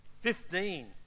fifteen